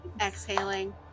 Exhaling